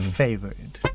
favorite